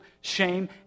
shame